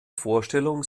vorstellung